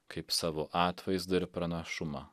kaip savo atvaizdą ir pranašumą